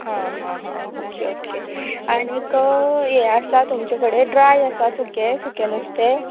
आं हां हां ओके ओके आनीक हें आसा तुमचे कडेन ड्राय आसा सुकें सुकें नुस्तें